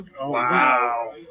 Wow